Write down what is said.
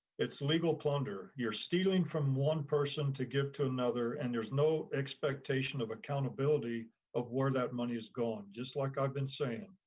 it's legal plunder, you're stealing from one person to give to another and there's no expectation of accountability of where that money is gone. just like i've been saying,